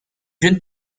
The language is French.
jeune